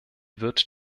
wird